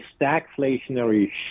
stagflationary